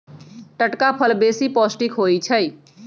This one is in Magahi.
टटका फल बेशी पौष्टिक होइ छइ